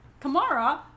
Kamara